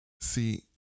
See